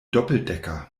doppeldecker